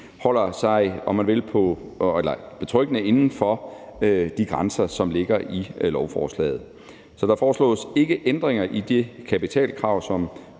holder sig betryggende inden for de grænser, som ligger i lovforslaget. Så der foreslås ikke ændringer i det kapitalkrav, som